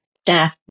staff